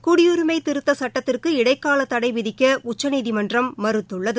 குடியுரிமை திருத்த சுட்டத்திற்கு இடைக்கால தடை விதிக்க உச்சநீதிமன்றம் மறுத்துள்ளது